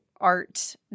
art